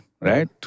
right